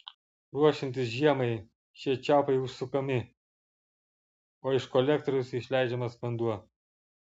ruošiantis žiemai šie čiaupai užsukami o iš kolektoriaus išleidžiamas vanduo